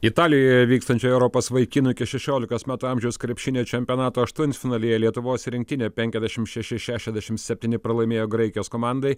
italijoje vykstančio europos vaikinų iki šešiolikos metų amžiaus krepšinio čempionato aštuntfinalyje lietuvos rinktinė penkiasdešimt šeši šešiasdešimt septyni pralaimėjo graikijos komandai